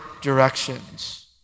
directions